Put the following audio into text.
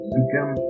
become